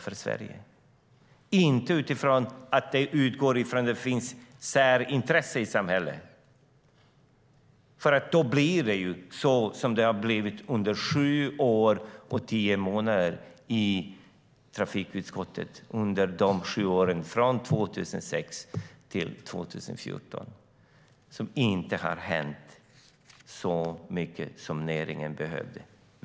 Man ska inte utgå från särintressena i samhället. I så fall blir det som det var under sju år och tio månader i trafikutskottet, från 2006 till 2014, då det inte hände så mycket sådant som näringen behövde.